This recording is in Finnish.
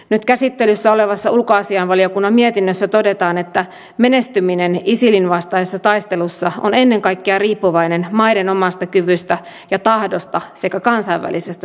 nyt käsittelyssä olevassa ulkoasiainvaliokunnan mietinnössä todetaan että menestyminen isilin vastaisessa taistelussa on ennen kaikkea riippuvainen maiden omasta kyvystä ja tahdosta sekä kansainvälisestä tuesta